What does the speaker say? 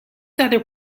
other